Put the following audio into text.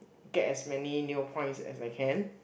get as many Neopoints as I can